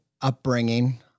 upbringing